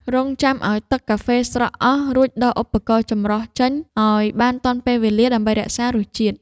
រង់ចាំឱ្យទឹកកាហ្វេស្រក់អស់ រួចដកឧបករណ៍ចម្រោះចេញឱ្យបានទាន់ពេលវេលាដើម្បីរក្សារសជាតិ។